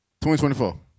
2024